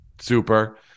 super